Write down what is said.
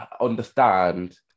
understand